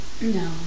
No